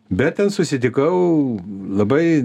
bet ten susitikau labai